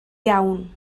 iawn